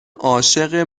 عاشق